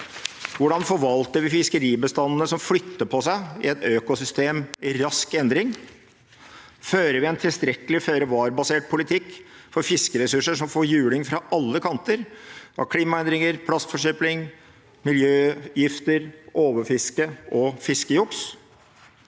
Hvordan forvalter vi fiskebestandene som flytter på seg i et økosystem i rask endring? Fører vi en tilstrekkelig føre-var-basert politikk for fiskeressurser som får juling fra alle kanter, av klimaendringer, plastforsøpling, miljøgifter, overfiske og fiskejuks?